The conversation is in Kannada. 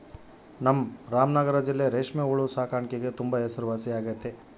ನಮ್ ರಾಮನಗರ ಜಿಲ್ಲೆ ರೇಷ್ಮೆ ಹುಳು ಸಾಕಾಣಿಕ್ಗೆ ತುಂಬಾ ಹೆಸರುವಾಸಿಯಾಗೆತೆ